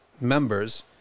members